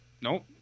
Nope